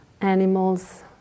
animals